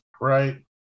Right